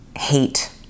Hate